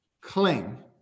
cling